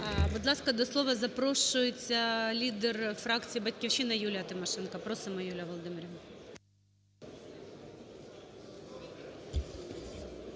Будь ласка, до слова запрошується лідер фракції "Батьківщина" Юлія Тимошенко. Просимо, Юлія Володимирівна